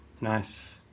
Nice